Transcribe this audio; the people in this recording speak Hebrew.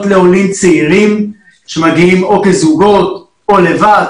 לעולים צעירים שמגיעים או כזוגות או לבד,